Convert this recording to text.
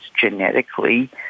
genetically